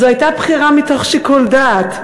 זו הייתה בחירה מתוך שיקול דעת,